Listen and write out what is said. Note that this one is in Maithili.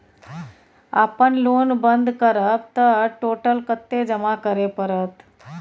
अपन लोन बंद करब त टोटल कत्ते जमा करे परत?